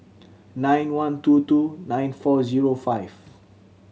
nine one two two nine four zero five